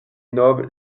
nobles